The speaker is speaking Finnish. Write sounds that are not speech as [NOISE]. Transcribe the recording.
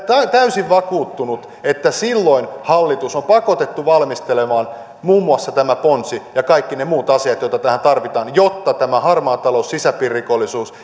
täysin vakuuttunut että silloin hallitus on pakotettu valmistelemaan muun muassa tämän ponnen ja kaikki ne muut asiat joita tähän tarvitaan jotta harmaa talous sisäpiiririkollisuus [UNINTELLIGIBLE]